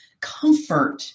comfort